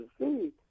see